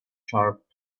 sharp